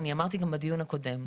אמרתי גם בדיון הקודם,